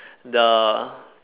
the